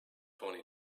twenty